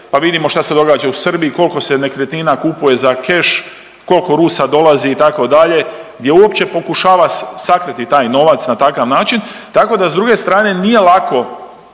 pa vidimo šta se događa u Srbiji koliko se nekretnina kupuje za keš, koliko Rusa dolazi itd., gdje uopće pokušava sakriti taj novac na taj način. Tako da s druge strane nije lako